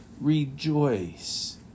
rejoice